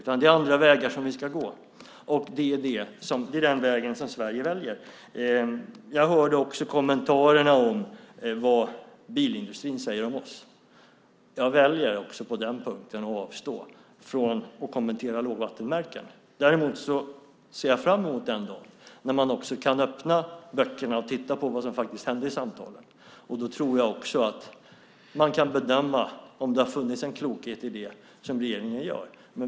Det är andra vägar som vi ska gå, och det är en sådan väg som Sverige väljer. Jag hörde kommentarerna om vad bilindustrin säger om oss. Jag väljer också på den punkten att avstå från att kommentera lågvattenmärken. Däremot ser jag fram emot den dagen då man kan öppna böckerna och titta på vad som faktiskt hände i samtalen. Då tror jag också att man kan bedöma om det har funnits en klokhet i det som regeringen gör.